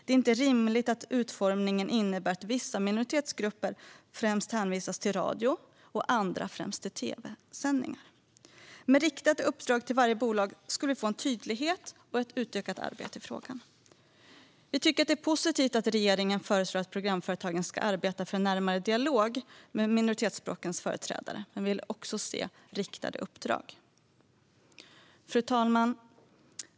Det är inte rimligt att utformningen innebär att vissa minoritetsgrupper hänvisas till främst radio och andra till främst tv-sändningar. Med riktade uppdrag till varje bolag skulle vi få en tydlighet och ett utökat arbete i frågan. Vi tycker att det är positivt att regeringen föreslår att programföretagen ska arbeta för en närmare dialog med minoritetsspråkens företrädare, men vi vill också se riktade uppdrag. Fru talman!